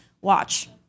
Watch